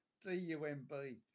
D-U-M-B